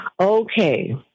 Okay